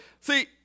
See